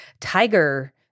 tiger